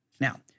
Now